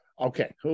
Okay